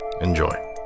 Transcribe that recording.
enjoy